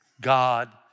God